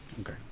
Okay